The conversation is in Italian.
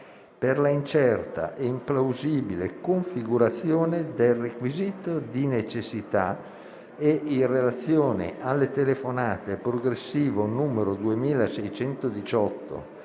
per la incerta ed implausibile configurazione del requisito della necessità e, in relazione alle telefonate progressivo n. 2618